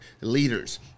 leaders